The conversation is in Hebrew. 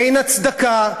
אין הצדקה,